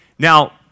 Now